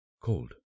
cold